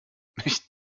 ich